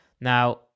Now